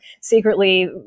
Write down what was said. secretly